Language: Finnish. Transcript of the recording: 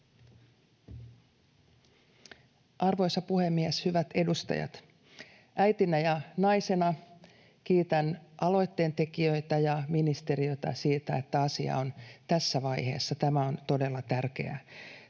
Arvoisa puhemies! Hyvät edustajat! Äitinä ja naisena kiitän aloitteentekijöitä ja ministeriötä siitä, että asia on tässä vaiheessa — tämä on todella tärkeää.